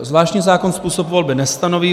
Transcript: Zvláštní zákon způsob volby nestanoví.